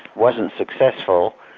wasn't successful.